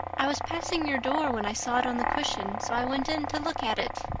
i was passing your door when i saw it on the cushion, so i went in to look at it.